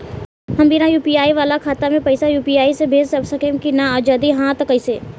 हम बिना यू.पी.आई वाला खाता मे पैसा यू.पी.आई से भेज सकेम की ना और जदि हाँ त कईसे?